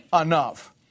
enough